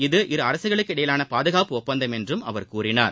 இது இரு அரசுகளுக்கிடையேயான பாதுகாப்பு ஒப்பந்தம் என்றும் அவர் கூறினார்